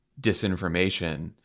disinformation